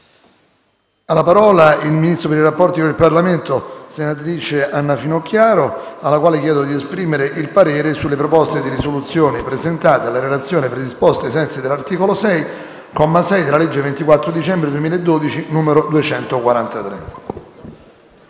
Chiedo al Ministro per i rapporti con il Parlamento, senatrice Finocchiaro, di esprimere il parere sulle proposte di risoluzione presentate alla relazione predisposta ai sensi dell'articolo 6, comma 6, della legge 24 dicembre 2012, n. 243.